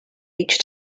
each